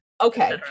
Okay